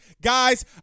Guys